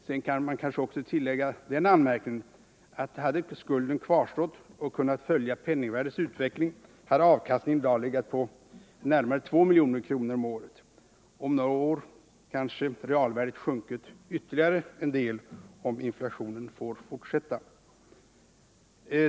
Sedan kanske jag också kan anmärka att om skulden kvarstått och följt penningvärdets utveckling hade avkastningen i dag legat på 2 milj.kr. om året. Om några år kanske realvärdet har sjunkit ytterligare en del — om inflationen får fortsätta.